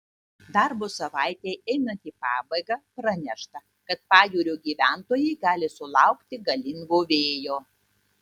darbo savaitei einant į pabaigą pranešta kad pajūrio gyventojai gali sulaukti galingo vėjo